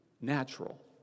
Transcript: natural